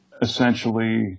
essentially